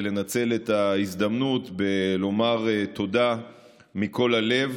לנצל את ההזדמנות ולומר תודה מכל הלב